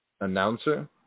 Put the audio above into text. announcer